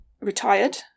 retired